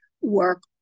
work